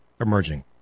emerging